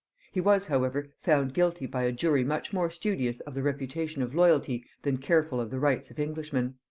he was however found guilty by a jury much more studious of the reputation of loyalty than careful of the rights of englishmen.